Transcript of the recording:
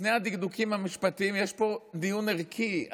לפני הדקדוקים המשפטיים יש פה דיון ערכי,